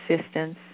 assistance